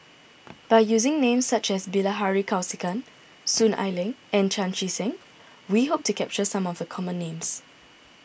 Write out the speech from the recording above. by using names such as Bilahari Kausikan Soon Ai Ling and Chan Chee Seng we hope to capture some of the common names